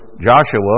Joshua